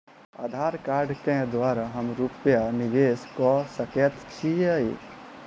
आधार कार्ड केँ द्वारा हम रूपया निवेश कऽ सकैत छीयै?